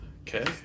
Okay